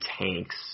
tanks